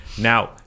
Now